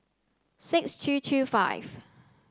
six two two five